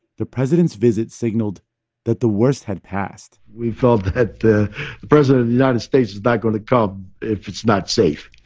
the president's visit signaled that the worst had passed we felt that the president of the united states is not going to come if it's not safe.